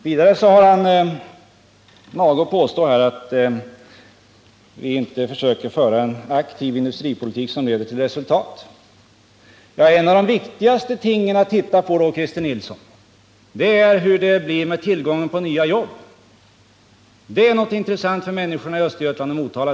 Vidare har Christer Nilsson mage att påstå att vi inte försöker föra en aktiv stöd för att förbätt industripolitik som leder till resultat. Bland det viktigaste att se på i det sammanhanget, Christer Nilsson, är hur det är med tillgången på nya jobb. Det är något som är intressant för människorna i Östergötland och Motala.